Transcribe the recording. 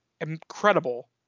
incredible